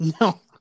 No